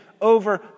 over